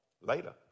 later